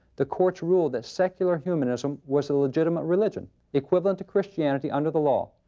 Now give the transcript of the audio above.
the courts ruled that secular humanism was a legitimate religion equivalent to christianity under the law.